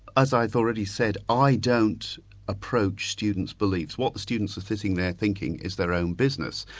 as i've already said, i don't approach students' beliefs what the students are sitting there thinking is their own business.